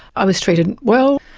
i was treated well.